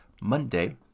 Monday